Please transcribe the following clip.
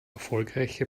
erfolgreiche